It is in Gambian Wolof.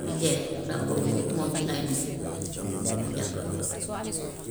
bu ñu deeyee rab woowu moom moom ci lay dund moom jargoñ.